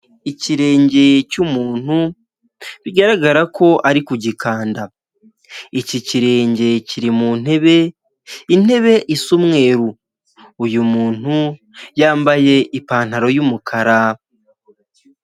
Ikirenge cy'umuntu bigaragara ko ari ku gikanda, iki kirenge kiri mu ntebe intebe isa umweru, uyu muntu yambaye ipantaro y'umukara.